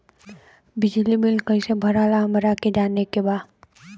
बिजली बिल कईसे भराला हमरा के जाने के बा?